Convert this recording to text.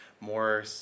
more